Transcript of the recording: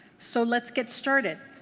so let's get started.